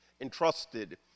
entrusted